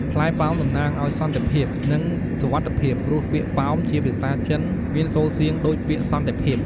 ផ្លែប៉ោមតំណាងឱ្យសន្តិភាព និងសុវត្ថិភាព ព្រោះពាក្យ "ប៉ោម"ជាភាសាចិនមានសូរសៀងដូចពាក្យ "សន្តិភាព"។